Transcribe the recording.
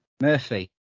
Murphy